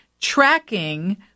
tracking